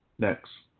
next.